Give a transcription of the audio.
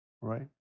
Right